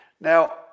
Now